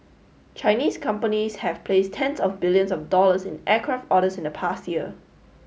Chinese companies have placed tens of billions of dollars in aircraft orders in the past year